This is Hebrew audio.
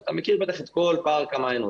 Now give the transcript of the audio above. אתה מכיר את כל פארק המעיינות.